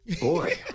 Boy